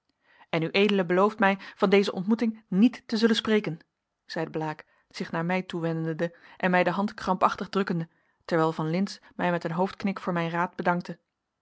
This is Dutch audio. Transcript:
en ued belooft mij van deze ontmoeting niet te zullen spreken zeide blaek zich naar mij toewendende en mij de hand krampachtig drukkende terwijl van lintz mij met een hoofdknik voor mijn raad bedankte